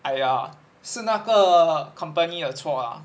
!aiya! 是那个 company 的错 ah